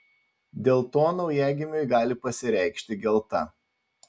dėl to naujagimiui gali pasireikšti gelta